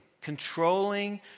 controlling